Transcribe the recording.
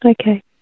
Okay